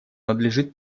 надлежит